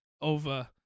over